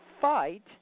fight